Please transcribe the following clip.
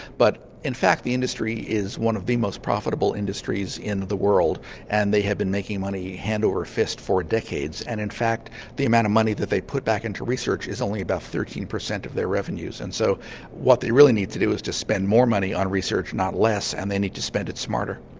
but in fact the industry is one of the most profitable industries in the world and they have been making money hand over fist for decades. and in fact the amount of money that they put back into research is only about thirteen percent of their revenues. and so what they really need to do is to spend more money on research not less, and they need to spend it smarter.